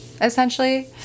essentially